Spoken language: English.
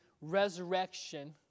resurrection